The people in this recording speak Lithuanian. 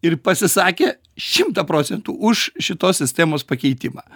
ir pasisakė šimtą procentų už šitos sistemos pakeitimą